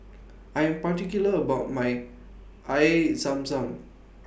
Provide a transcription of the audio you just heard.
I Am particular about My Air Zam Zam